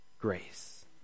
grace